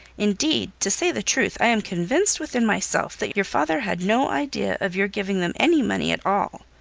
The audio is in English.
indeed, to say the truth, i am convinced within myself that your father had no idea of your giving them any money at all.